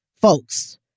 folks